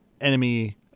enemy